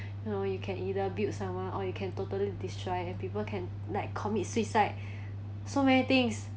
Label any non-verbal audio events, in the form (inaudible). you know you can either build someone or you can totally destroy and people can like commit suicide (breath) so many things